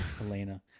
Elena